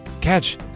Catch